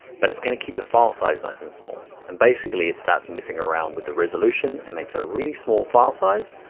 but it's gonna keep the file size nice and small. and basically it starts messing around with the resolution, and makes a really small file size,